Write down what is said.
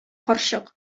карчык